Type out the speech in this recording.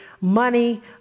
money